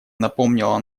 напомнила